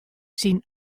syn